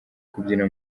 kubyina